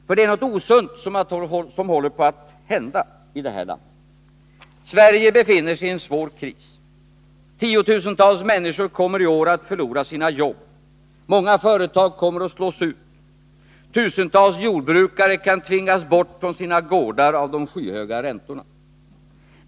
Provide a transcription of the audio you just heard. För det är något osunt som är på väg att hända i det här landet. Sverige befinner sig i en svår kris. Tiotusentals människor kommer i år att förlora sina jobb, många företag kommer att slås ut, tusentals jordbrukare kan tvingas bort från sina gårdar av de skyhöga räntorna.